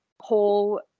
whole